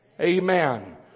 Amen